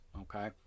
Okay